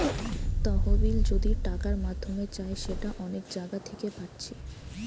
তহবিল যদি টাকার মাধ্যমে চাই সেটা অনেক জাগা থিকে পাচ্ছি